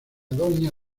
doña